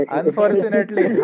unfortunately